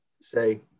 say